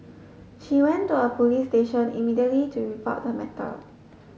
she went to a police station immediately to report the matter